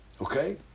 Okay